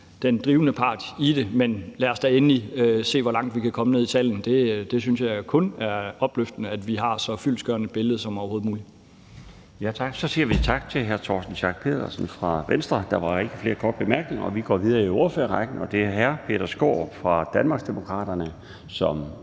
den drivende part i det, men lad os da endelig se, hvor langt vi kan komme ned i tallene. Jeg synes kun, det er opløftende, at vi har et så fyldestgørende billede som overhovedet muligt. Kl. 12:29 Den fg. formand (Bjarne Laustsen): Så siger vi tak til hr. Torsten Schack Pedersen fra Venstre. Der var ikke flere korte bemærkninger. Vi går videre i ordførerrækken til hr. Peter Skaarup fra Danmarksdemokraterne.